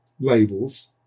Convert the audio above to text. labels